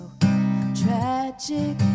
tragic